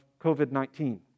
COVID-19